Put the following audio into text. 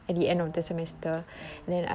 oh oh